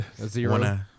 Zero